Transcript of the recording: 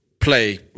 play